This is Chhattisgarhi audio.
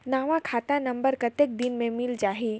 नवा खाता नंबर कतेक दिन मे मिल जाही?